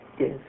Yes